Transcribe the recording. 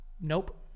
Nope